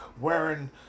wearing